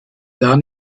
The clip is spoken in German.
gar